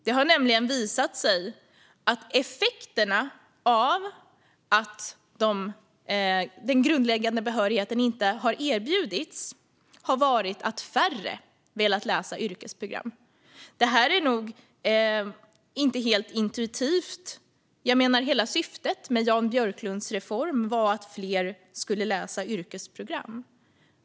Det har nämligen visat sig att effekterna av att den grundläggande behörigheten inte har erbjudits har varit att färre har velat läsa yrkesprogram. Detta är nog inte helt intuitivt. Jag menar att hela syftet med Jan Björklunds reform var att fler skulle läsa yrkesprogram.